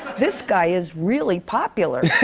this guy is really popular.